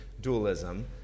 dualism